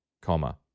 comma